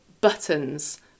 buttons